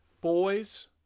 Boys